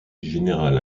générale